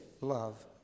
love